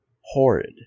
horrid